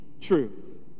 truth